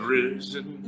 risen